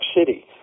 City